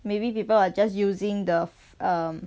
maybe people are just using the um